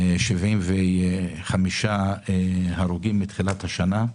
75 הרוגים מתחילת השנה.